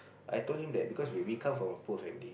I told him that because we we come from a poor family